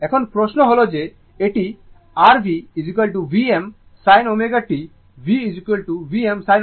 এখন প্রশ্ন হল যে এটি r V Vm sin ω t V Vm sin ω t